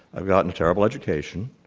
i've gotten a terrible education.